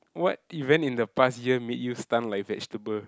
what event in the past year made you stun like vegetable